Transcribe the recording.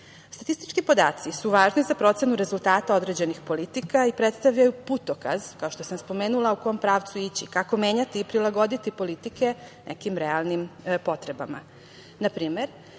manjina. Statistički podaci su važni za procenu rezultata određenih politika i predstavljaju putokaz, kao što sam spomenula, u kom pravcu će ići, kako menjati i prilagoditi politike nekim realnim potrebama. Na